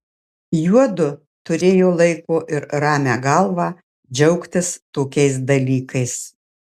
juodu turėjo laiko ir ramią galvą džiaugtis tokiais dalykais